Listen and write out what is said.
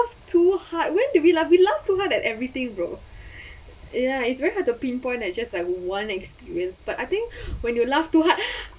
~ugh too hard when did we laugh we laugh to hard at everything bro ya it's very hard to pinpoint that just one experience but I think when you laugh too hard